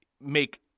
make-